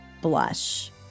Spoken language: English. Blush